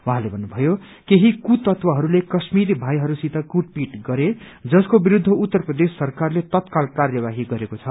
उहाँले भन्नुभयो केही कृतत्वहरूले कश्मिरी भाइहरूसित कृटपिट गरे जसको विरूद्ध उत्तर प्रदेश सरकारले तत्काल कार्यवाही गरेको छ